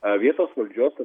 a vietos valdžios